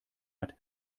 hat